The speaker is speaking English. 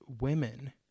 women